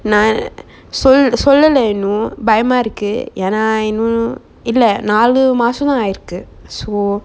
நா சொல்~ சொல்லல இன்னும் பயமா இருக்கு ஏன்னா இன்னும் இல்ல நாலு மாசம் தான் ஆயி இருக்கு:na sol~ sollala innum bayama irukku eanna innum illa naalu masam than aayi irukku so